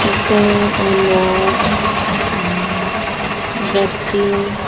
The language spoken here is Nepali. जस्तै अमराइट गट्टी